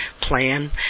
plan